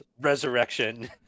Resurrection